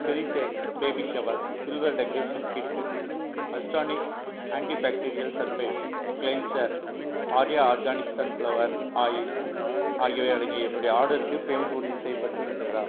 cherish x baby shower silver decoration kit astonish antibacterial surface cleanser Arya organic sunflower oil ஆகியவை அடங்கிய என்னுடைய ஆர்டருக்கு payment உறுதிசெய்யப்பட்டு விட்டதா